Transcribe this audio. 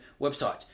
website